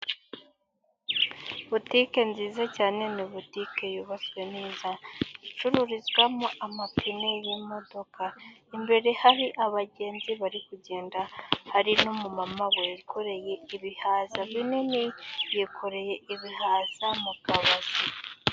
Butike nziza cyane, ni butike yubatswe neza icururizwamo amapine y'imodoka, imbere hari abagenzi bari kugenda hari n'umumama wikoreye ibihaza binini, yikoreye ibihaza mu kabase.